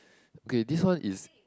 okay this one is